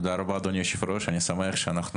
תודה רבה, אדוני היושב-ראש, אני שמח שעכשיו,